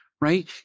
right